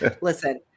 Listen